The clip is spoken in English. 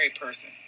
person